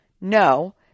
no